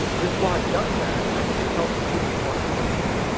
this slide does that. and i think it's held a few important stories.